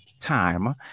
time